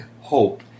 hope